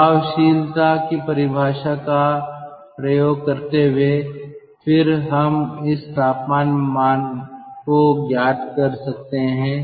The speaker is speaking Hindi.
प्रभावशीलता की परिभाषा का उपयोग करते हुए फिर हम इस तापमान मान को ज्ञात कर सकते हैं